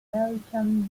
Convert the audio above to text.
american